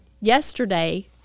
yesterday